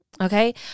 Okay